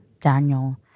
Daniel